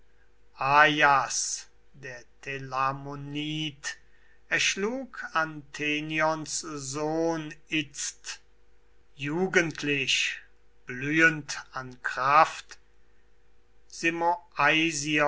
der telamonid erschlug anthenions sohn itzt jugendlich blühend an kraft